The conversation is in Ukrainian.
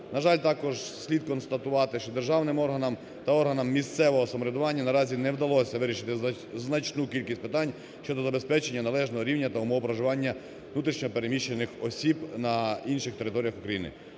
На жаль, також слід констатувати, що державним органам та органам місцевого самоврядування наразі не вдалося вирішити значну кількість питань щодо забезпечення належного рівня та умов проживання внутрішньо переміщених осіб на інших територіях України.